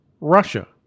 Russia